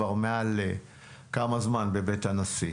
כבר כמה זמן היא מתנהלת.